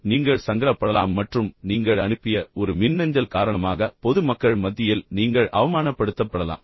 எனவே நீங்கள் சங்கடப்படலாம் மற்றும் நீங்கள் அனுப்பிய ஒரு மின்னஞ்சல் காரணமாக பொது மக்கள் மத்தியில் நீங்கள் அவமானப்படுத்தப்படலாம்